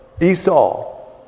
Esau